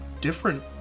different